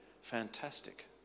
fantastic